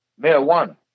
marijuana